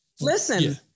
listen